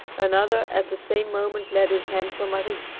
another at the same moment laid his hands on marie.